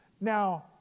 Now